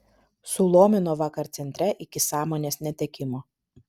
sulomino vakar centre iki sąmonės netekimo